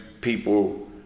people